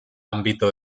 ámbito